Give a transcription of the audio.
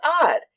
odd